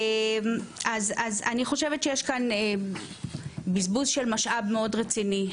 אני חושבת שיש כאן בזבוז של משאב מאד רציני.